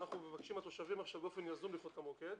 ומבקשים מהתושבים באופן יזום לפנות למוקד.